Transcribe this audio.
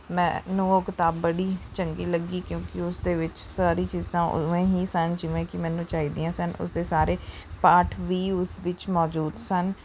ਮੈਨੂੰ ਉਹ ਕਿਤਾਬ ਬੜੀ ਚੰਗੀ ਲੱਗੀ ਕਿਉਂਕਿ ਉਸ ਦੇ ਵਿੱਚ ਸਾਰੀ ਚੀਜ਼ਾਂ ਉਵੇਂ ਹੀ ਸਨ ਜਿਵੇਂ ਕਿ ਮੈਨੂੰ ਚਾਹੀਦੀਆਂ ਸਨ ਉਸ ਦੇ ਸਾਰੇ ਪਾਠ ਵੀ ਉਸ ਵਿੱਚ ਮੌਜੂਦ ਸਨ